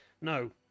no